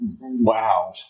Wow